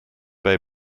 bij